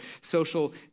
social